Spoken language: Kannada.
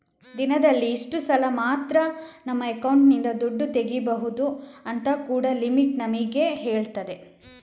ದಿನದಲ್ಲಿ ಇಷ್ಟು ಸಲ ಮಾತ್ರ ನಮ್ಮ ಅಕೌಂಟಿನಿಂದ ದುಡ್ಡು ತೆಗೀಬಹುದು ಅಂತ ಕೂಡಾ ಲಿಮಿಟ್ ನಮಿಗೆ ಹೇಳ್ತದೆ